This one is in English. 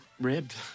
Ribbed